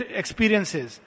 experiences